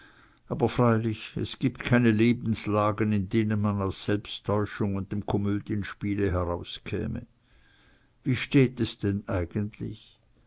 aber freilich es gibt keine lebenslagen in denen man aus der selbsttäuschung und dem komödienspiele herauskäme wie steht es denn eigentlich